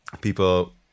people